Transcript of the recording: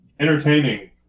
Entertaining